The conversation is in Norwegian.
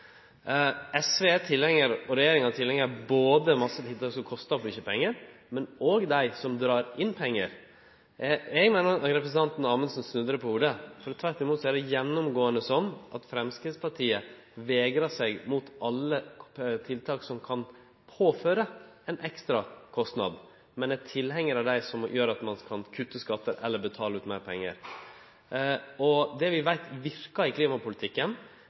SV, og regjeringa, er tilhengar av både masse tiltak som kostar mykje pengar, og dei som drar inn pengar. Eg meiner at representanten Amundsen snudde det på hovudet. For tvert imot er det slik at Framstegspartiet gjennomgåande vegrar seg mot alle tiltak som kan påføre ein ekstra kostnad, men er tilhengar av tiltak som gjer at ein kan kutte skattar eller betale ut meir pengar. Og det vi veit verker i klimapolitikken,